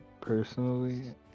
personally